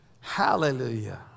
Hallelujah